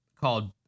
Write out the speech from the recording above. called